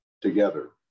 together